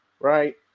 right